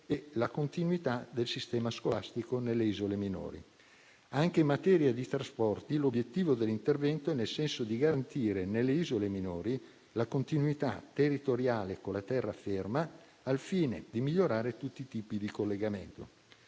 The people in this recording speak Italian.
e la continuità del sistema scolastico nelle isole minori. Anche in materia di trasporti, l'obiettivo dell'intervento va nel senso di garantire nelle isole minori la continuità territoriale con la terraferma, al fine di migliorare tutti i tipi di collegamento.